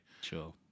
Sure